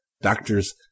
doctors